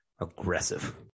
aggressive